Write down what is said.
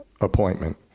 appointment